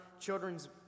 children's